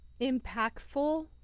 impactful